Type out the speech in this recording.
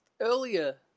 earlier